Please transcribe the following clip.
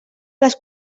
les